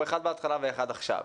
אחד בהתחלה ואחד עכשיו,